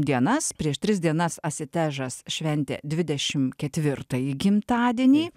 dienas prieš tris dienas asitežas šventė dvidešim ketvirtąjį gimtadienį